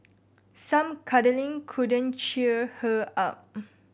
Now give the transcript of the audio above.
some cuddling couldn't cheer her up